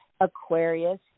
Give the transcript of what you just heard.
Aquarius